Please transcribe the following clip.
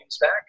back